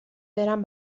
برم